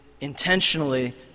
intentionally